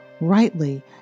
Rightly